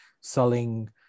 selling